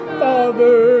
father